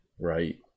Right